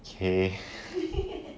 okay